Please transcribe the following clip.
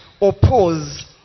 oppose